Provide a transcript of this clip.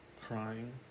crying